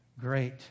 great